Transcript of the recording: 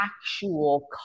actual